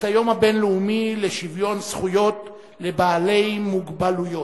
את היום הבין-לאומי לשוויון זכויות לבעלי מוגבלויות.